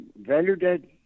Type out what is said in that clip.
valued